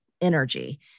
energy